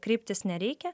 kreiptis nereikia